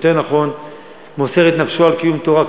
יותר נכון מוסר את נפשו על קיום תורה,